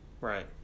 Right